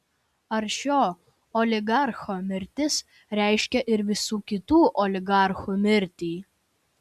ar šio oligarcho mirtis reiškia ir visų kitų oligarchų mirtį